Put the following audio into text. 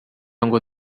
ngo